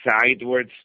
sideways